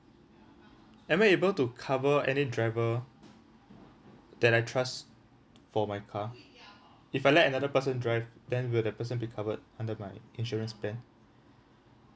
am I able to cover any driver that I trust for my car if I let another person drive then will the person be covered under my insurance plan